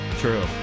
True